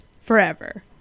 forever